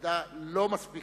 במידה לא מספיקה,